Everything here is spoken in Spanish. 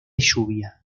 lluvia